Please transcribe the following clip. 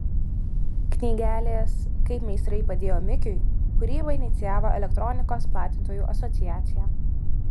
knygelės kaip meistrai padėjo mikiui kūrybą inicijavo elektronikos platintojų asociacija